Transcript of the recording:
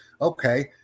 okay